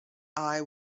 eye